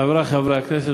חברי חברי הכנסת,